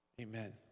Amen